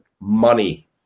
money